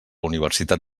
universitat